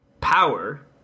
power